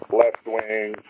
left-wing